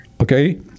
Okay